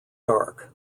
dark